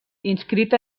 inscrita